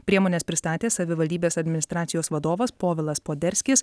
priemones pristatė savivaldybės administracijos vadovas povilas poderskis